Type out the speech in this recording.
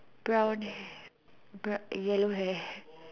brown yellow hair